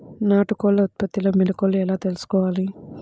నాటుకోళ్ల ఉత్పత్తిలో మెలుకువలు ఎలా తెలుసుకోవాలి?